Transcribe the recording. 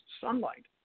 sunlight